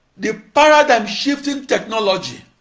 the paradigm shifting technology,